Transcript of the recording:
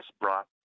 brought